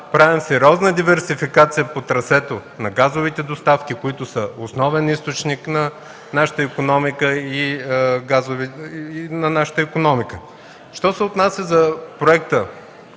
правим сериозна диверсификация по трасето на газовите доставки, които са основен източник на нашата икономика. Що се отнася за проекта